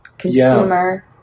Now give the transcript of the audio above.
consumer